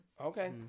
Okay